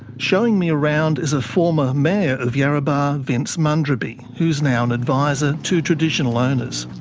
showing me around is a former mayor of yarrabah, vince mundraby, who is now an adviser to traditional owners.